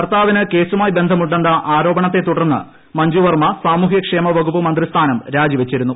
ഭർത്താവിന് കേസുമായി ബന്ധമുണ്ടെന്ന ആരോപണത്തെത്തുടർന്നാണ് മഞ്ജു വർമ്മ സാമൂഹ്യക്ഷേമവകുപ്പിമന്ത്രി സ്ഥാനം രാജിവെച്ചത്